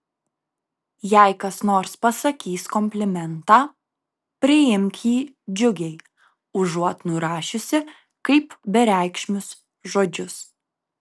jei kas nors pasakys komplimentą priimk jį džiugiai užuot nurašiusi kaip bereikšmius žodžius